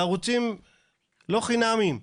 לערוצים לא חינמיים.